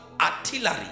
artillery